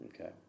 Okay